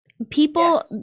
People